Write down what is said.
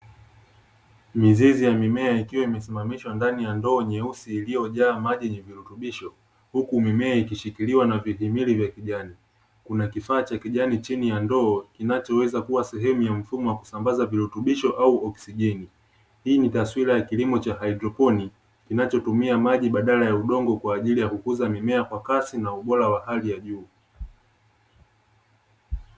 Mizizi ya mimea ikiwa imesimamishwa ndani ya ndoo nyeusi iliyojaa maji yenye virutubisho, huku mimea ikishikiliwa na vihimili vya kijani. Kuna kifaa cha kijani chini ya ndo kinachoweza kua sehemu ya mfumo wa kusambaza virutubisho au oksijeni. Hii ni taswira ya kilimo cha haidroponi kinachotumia maji badala ya udongo kwa ajili ya kukuza mimea kwa kasi na ubora wa hali ya juu.